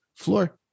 floor